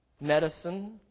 medicine